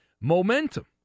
momentum